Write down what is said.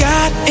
God